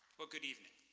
well, good evening.